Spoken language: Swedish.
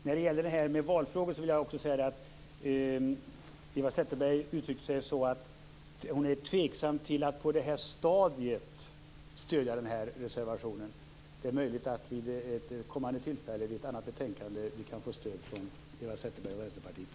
När det gäller valfrågor uttryckte sig Eva Zetterberg så att hon är tveksam till att på det här stadiet stödja reservationen. Det är möjligt att vi vid ett kommande tillfälle, i samband med ett annat betänkande, kan få stöd från Eva Zetterberg och Vänsterpartiet.